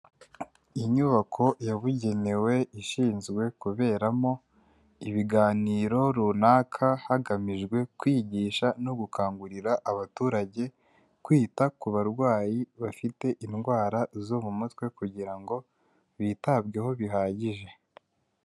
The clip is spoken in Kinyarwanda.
Inyubako yabugenewe ishinzwe kuberamo ibiganiro runaka hagamijwe kwigisha no gukangurira abaturage kwita ku barwayi bafite indwara zo mu mutwe kugira ngo bitabweho bihagije.